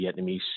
Vietnamese